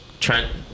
trent